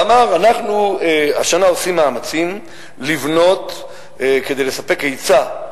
ואמר: אנחנו השנה עושים מאמצים לבנות כדי לספק היצע,